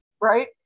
right